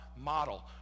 model